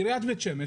עיריית בית שמש,